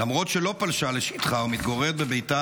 למרות שהיא לא פלשה לשטחה ומתגוררת בביתה